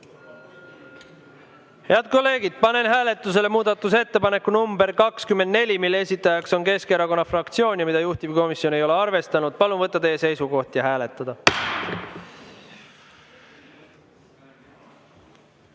Head kolleegid, panen hääletusele muudatusettepaneku nr 24, mille esitaja on [Eesti] Keskerakonna fraktsioon ja mida juhtivkomisjon ei ole arvestanud. Palun võtta seisukoht ja hääletada!